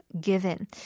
given